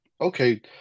okay